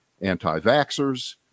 anti-vaxxers